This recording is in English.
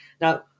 Now